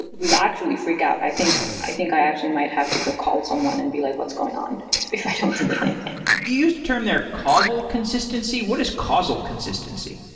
we'll actually freak out. i think i think i actually might have to call someone and be like, what's going on? if if i don't see the same thing. you used a term there, causal consistency. what is causal consistency?